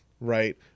right